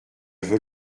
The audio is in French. veux